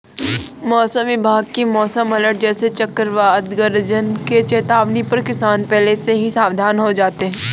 मौसम विभाग की मौसम अलर्ट जैसे चक्रवात गरज की चेतावनी पर किसान पहले से ही सावधान हो जाते हैं